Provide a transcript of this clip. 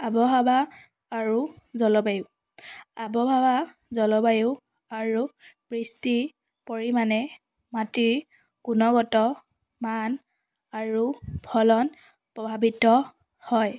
আৱহাৱা আৰু জলবায়ু আৱহাৱা জলবায়ু আৰু বৃষ্টি পৰিমাণে মাটিৰ গুণগত মান আৰু ফলন প্ৰভাৱিত হয়